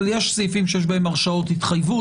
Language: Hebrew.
אבל יש סעיפים שיש בהם הרשאות התחייבות.